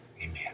amen